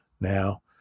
now